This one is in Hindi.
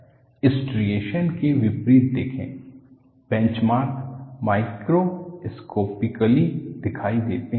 स्ट्रिएशनस के विपरीत देखें बेंचमार्क मैक्रोस्कोपिकली दिखाई देते हैं